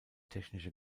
technische